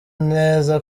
neza